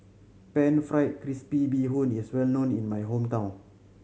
Pan Fried Crispy Bee Hoon is well known in my hometown